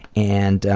and,